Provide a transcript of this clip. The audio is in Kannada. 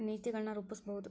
ನೇತಿಗಳನ್ ರೂಪಸ್ಬಹುದು